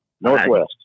Northwest